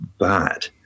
bad